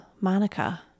Monica